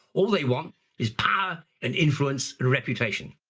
all they want is power and influence and reputation.